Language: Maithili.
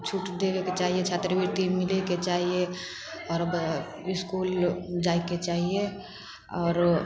छूट देबेके चाही छात्रवृति मिलैके चाही आओर इसकुल जाइके चाही आओर